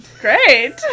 Great